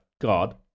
God